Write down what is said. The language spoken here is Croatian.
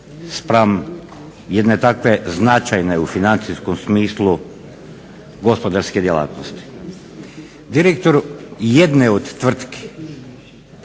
spram jedne takve značajne u financijskom smislu gospodarske djelatnosti. Direktor jedne od tvrtki